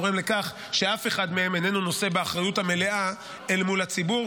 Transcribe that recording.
גורם לכך שאף אחד מהם איננו נושא באחריות המלאה אל מול הציבור.